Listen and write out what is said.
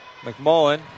McMullen